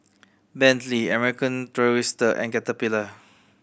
Bentley American Tourister and Caterpillar